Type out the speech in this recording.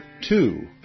two